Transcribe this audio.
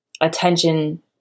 attention